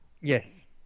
Yes